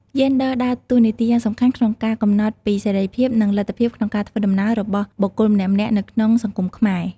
យេនដ័រដើរតួនាទីយ៉ាងសំខាន់ក្នុងការកំណត់ពីសេរីភាពនិងលទ្ធភាពក្នុងការធ្វើដំណើររបស់បុគ្គលម្នាក់ៗនៅក្នុងសង្គមខ្មែរ។